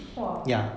!wah!